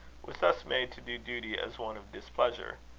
was thus made to do duty as one of displeasure.